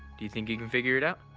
do you think you can figure it out?